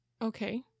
Okay